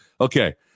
okay